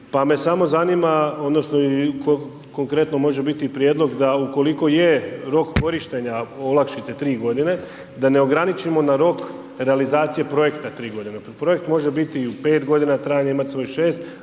pa me samo zanima odnosno konkretno može biti i prijedlog da ukoliko je rok korištenja olakšice tri godine da ne ograničimo na rok realizacije projekta tri godine. Projekt može biti i pet godina trajanje imati svoj šest,